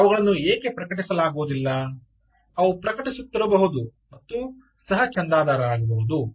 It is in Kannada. ಅವುಗಳನ್ನು ಏಕೆ ಪ್ರಕಟಿಸಲಾಗುವುದಿಲ್ಲ ಅವು ಪ್ರಕಟಿಸುತ್ತಿರಬಹುದು ಮತ್ತು ಸಹ ಚಂದಾದಾರರಾಗಬಹುದು